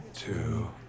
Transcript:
two